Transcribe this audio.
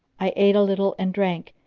i ate a little and drank,